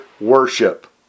worship